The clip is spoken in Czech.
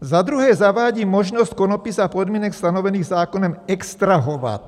Za druhé zavádí možnost konopí za podmínek stanovených zákonem extrahovat.